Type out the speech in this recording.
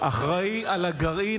אחראי לגרעין.